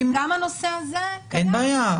גם הנושא הזה --- אין בעיה,